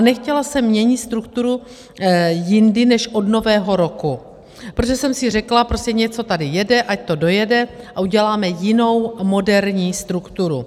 Nechtěla jsem měnit strukturu jindy než od Nového roku, protože jsem si řekla, prostě něco tady jede, ať to dojede a uděláme jinou, moderní strukturu.